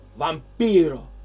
Vampiro